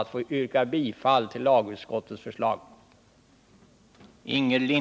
Jag yrkar bifall till lagutskottets hemställan.